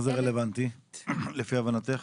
מה זה רלוונטי לפי הבנתך?